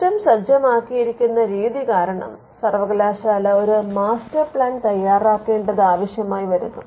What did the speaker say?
system സജ്ജമാക്കിയിരിക്കുന്ന രീതി കാരണം സർവകലാശാല ഒരു മാസ്റ്റർ പ്ലാൻ തയാറാകേണ്ടത് ആവശ്യമായി വരുന്നു